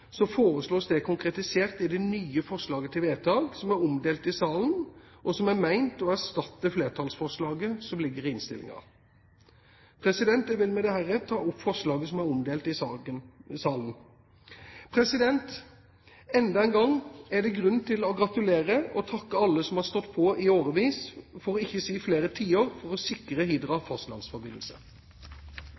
foreslås det konkretisert i det nye forslaget til vedtak som er omdelt i salen, og som er ment å erstatte flertallsforslaget som ligger i innstillingen. Jeg vil med dette ta opp flertallsforslaget som er omdelt i salen. Enda en gang er det grunn til å gratulere og takke alle som i årevis – for ikke å si flere tiår – har stått på for å sikre Hidra fastlandsforbindelse.